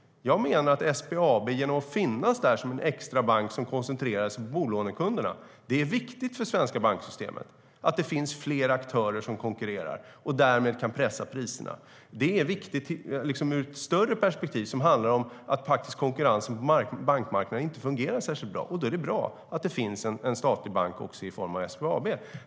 Jag menar att SBAB finns där som en extra bank som koncentrerar sig på bolånekunderna. Det är viktigt för det svenska banksystemet att det finns flera aktörer som konkurrerar och därmed kan pressa priserna. Det är viktigt ur ett större perspektiv som handlar om att konkurrensen på bankmarknaden inte fungerar särskilt bra. Då är det bra att det finns en statlig bank också i form av SBAB.